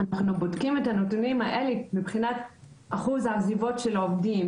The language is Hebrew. אנחנו בודקים את הנתונים האלה מבחינת אחוז העזיבות של העובדים,